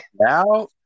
now